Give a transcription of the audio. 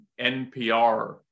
npr